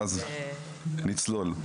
ואז נצלול.